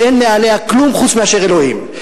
שאין מעליה כלום חוץ מאשר אלוהים,